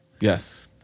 Yes